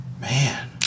man